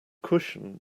cushion